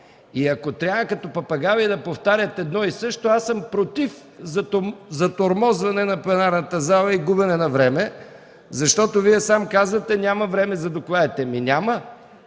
и ако трябва като папагали да повтарят едно и също, аз съм против затормозване на пленарната зала и губене на време, защото Вие сам казвате, че няма време за докладите. Ами, няма!